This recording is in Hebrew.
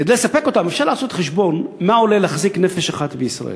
כדי לספק אותם אפשר לעשות חשבון כמה עולה להחזיק נפש אחת בישראל.